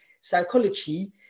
psychology